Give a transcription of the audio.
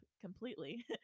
completely